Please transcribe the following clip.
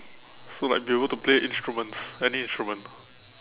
so like be able to play instruments any instrument